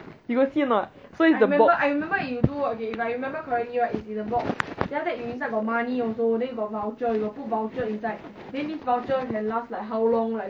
you got see or not so it's the box